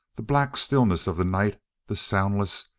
the black stillness of the night the soundless,